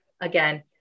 again